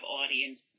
audience